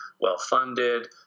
well-funded